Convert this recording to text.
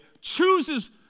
chooses